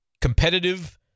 competitive